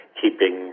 keeping